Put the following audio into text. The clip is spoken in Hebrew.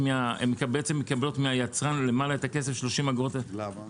מקבלות מהיצרן את הכסף, 30 אגורות לפי מה?